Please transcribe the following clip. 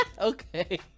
Okay